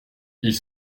ils